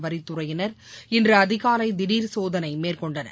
வரித்துறையினர் இன்று அதிகாலை திடர் சோதனை மேற்கொண்டனர்